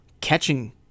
catching